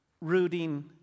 Rooting